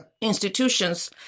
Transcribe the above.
institutions